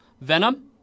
Venom